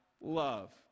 love